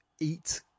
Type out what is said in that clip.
eat